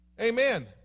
Amen